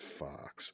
fox